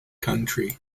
country